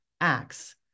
acts